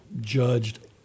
judged